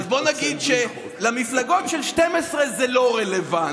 אז בוא נגיד שלמפלגות של 12 זה לא רלוונטי,